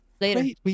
later